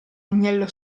agnello